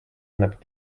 annab